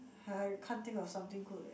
I can't think of something good eh